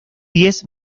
diez